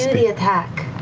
the attack,